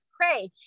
pray